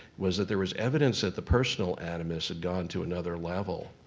was that there was evidence that the personal animus had gone to another level,